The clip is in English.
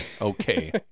Okay